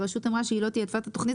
הרשות אמרה שהיא לא נתנה עדיפות לתוכנית